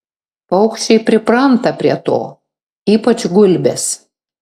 paukščiai pripranta prie to ypač gulbės